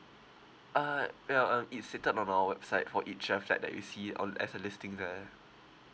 uh well um it's stated on our website for each uh flat that you see on as a listing there